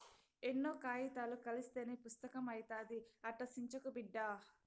ఎన్నో కాయితాలు కలస్తేనే పుస్తకం అయితాది, అట్టా సించకు బిడ్డా